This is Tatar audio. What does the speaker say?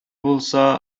булса